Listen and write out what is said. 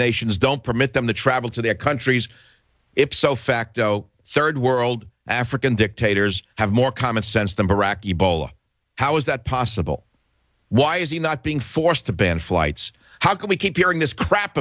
nations don't permit them to travel to their countries if so facto third world african dictators have more common sense than baraki bola how is that possible why is he not being forced to band flights how can we keep hearing this crap